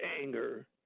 anger